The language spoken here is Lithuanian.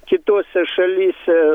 kitose šalyse